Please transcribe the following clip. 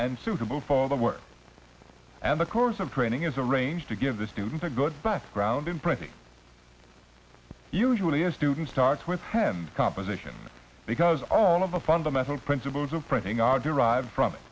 and suitable for the work and the course of training is a range to give the students a good background in pretty usually a student starts with hand composition because all of the fundamental principles of printing are derived from it